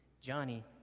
Johnny